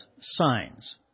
signs